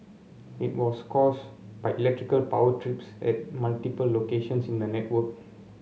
it was caused by electrical power trips at multiple locations in the network